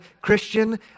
Christian